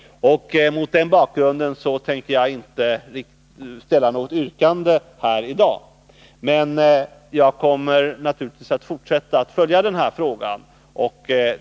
Mot den bakgrunden tänker jag inte ställa något yrkande här i dag. Men jag kommer naturligtvis att fortsätta att följa frågan.